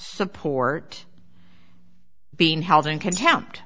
support being held in contempt